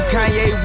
Kanye